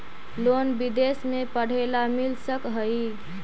Loan विदेश में पढ़ेला मिल सक हइ?